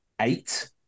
eight